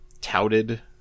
touted